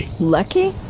Lucky